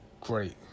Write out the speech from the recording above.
great